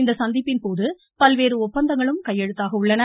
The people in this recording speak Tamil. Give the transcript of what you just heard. இந்த சந்திப்பின்போது பல்வேறு ஒப்பந்தங்களும் கையெழுத்தாக உள்ளன